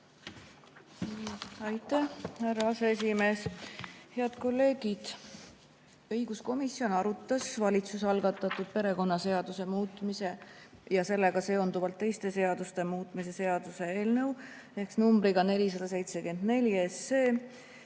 Aitäh, härra aseesimees! Head kolleegid! Õiguskomisjon arutas valitsuse algatatud perekonnaseaduse muutmise ja sellega seonduvalt teiste seaduste muutmise seaduse eelnõu numbriga 474